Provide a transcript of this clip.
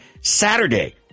Saturday